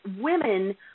women